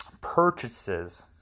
purchases